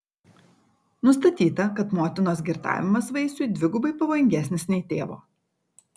nustatyta kad motinos girtavimas vaisiui dvigubai pavojingesnis nei tėvo